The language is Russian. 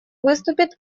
выступит